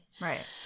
Right